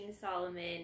Solomon